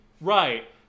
Right